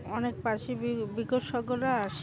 অনেক পাখি বি বিশেষজ্ঞরা আসে